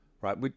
right